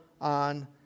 on